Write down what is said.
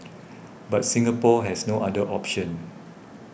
but Singapore has no other option